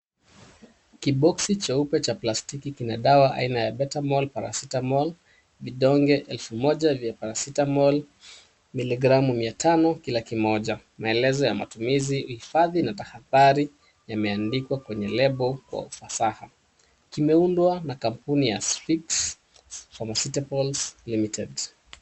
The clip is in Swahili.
Kiboxi cheupe cha plastiki kina dawa aina ya [c.s]petamol, parasitamol, vidonge elfu moja vya parasitamol, miligramu mia tano kila moja. Maelezo ya matumizi, hifadhi na tahadhari yameandikwa kwenye label kwa ufasaha. Kimeundwa na kampuni ya [c.s]sfix pharmaceuticals limited .